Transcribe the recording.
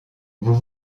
vous